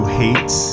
hates